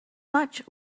much